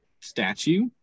statue